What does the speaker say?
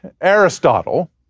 Aristotle